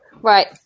Right